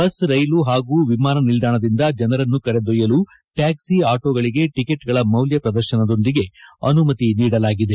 bus ರೈಲು ಹಾಗೂ ವಿಮಾನ ನಿಲ್ದಾಣದಿಂದ ಜನರನ್ನು ಕರೆದೊಯ್ಕುಲು ಟ್ಯಾಕ್ಲಿ ಆಟೋಗಳಿಗೆ ಟಿಕೆಟ್ಗಳ ಮೌಲ್ಮ ಪ್ರದರ್ಶನದೊಂದಿಗೆ ಅನುಮತಿ ನೀಡಲಾಗಿದೆ